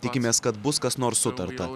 tikimės kad bus kas nors sutarta